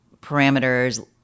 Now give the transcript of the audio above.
parameters